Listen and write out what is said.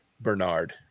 Bernard